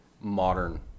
modern